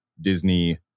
Disney